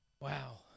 Wow